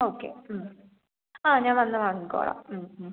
okay ആ ഞാൻ വന്ന് വാങ്ങിക്കോളാം